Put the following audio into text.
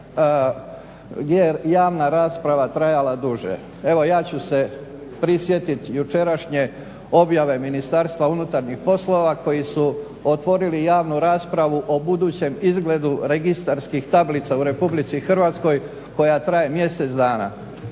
je javna rasprava trajala duže. Evo ja ću se prisjetiti jučerašnje objave Ministarstva unutarnjih poslova koji su otvorili javnu raspravu o budućem izgledu registarskih tablica u RH koja traje mjesec dana.